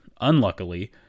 unluckily